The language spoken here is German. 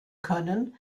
können